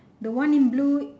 the one in blue